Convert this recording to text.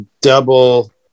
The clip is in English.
double